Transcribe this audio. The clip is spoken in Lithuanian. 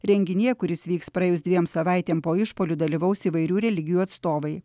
renginyje kuris vyks praėjus dviem savaitėm po išpuolių dalyvaus įvairių religijų atstovai